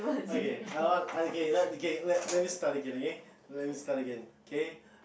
okay hold on okay let okay let me start okay let me start again K